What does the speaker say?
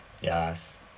Yes